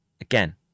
again